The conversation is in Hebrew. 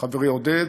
חברי עודד,